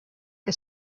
que